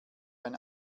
ein